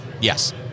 Yes